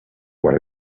what